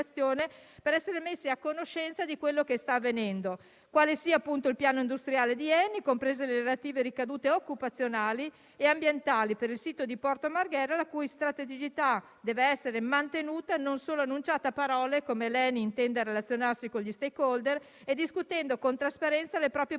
essere messi a conoscenza di ciò che sta avvenendo, di quale sia il piano industriale di ENI (comprese le relative ricadute occupazionali e ambientali per il sito di Porto Marghera, la cui strategicità deve essere mantenuta e non solo annunciata a parole) e di come ENI intenda relazionarsi con gli *stakeholder* e discutere con trasparenza le proprie politiche